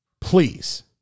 please